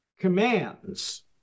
commands